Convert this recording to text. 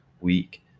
week